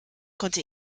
konnte